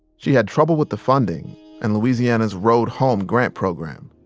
she had trouble with the funding and louisiana's road home grant program.